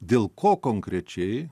dėl ko konkrečiai